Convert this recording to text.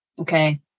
okay